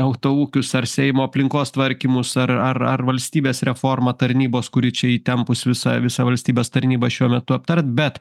autoūkius ar seimo aplinkos tvarkymus ar ar ar valstybės reformą tarnybos kuri čia įtempus visą visą valstybės tarnybą šiuo metu aptart bet